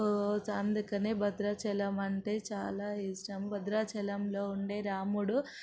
ఓ అందుకనే భద్రాచలం అంటే చాలా ఇష్టం భద్రాచలంలో ఉండే రాముడు